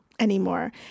Anymore